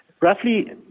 Roughly